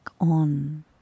on